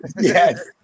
Yes